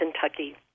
Kentucky